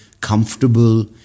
comfortable